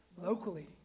locally